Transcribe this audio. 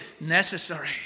necessary